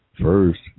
first